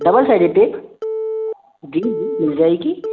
double sided tape जी जी मिल जाएगी